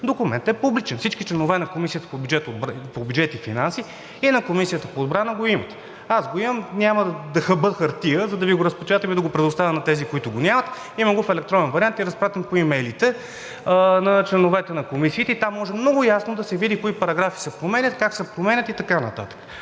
документът е публичен. Всички членове на Комисията по бюджет и финанси и на Комисията по отбрана го имат. Аз го имам, няма да хабя хартия, за да Ви го разпечатам и да го предоставя на тези, които го нямат. Има го в електронен вариант и е разпратен по имейлите на членовете на комисиите. Там може много ясно да се види кои параграфи се променят, как се променят и така нататък,